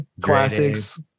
Classics